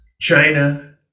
china